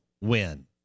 win